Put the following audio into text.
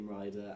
rider